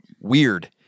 Weird